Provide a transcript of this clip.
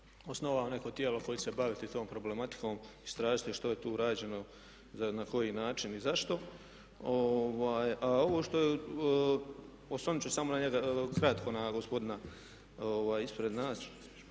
osnovao neko tijelo koje će se baviti tom problematikom i istražiti što je tu rađeno na koji način i zašto. A ovo osvrnut ću se samo kratko na gospodina ispred nas.